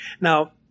Now